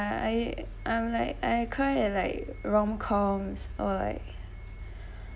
I I'm like I cry and like rom-coms or like